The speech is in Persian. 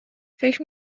فکر